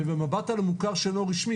ובמבט על המוכר שאינו רשמי,